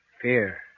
fear